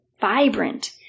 vibrant